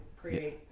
create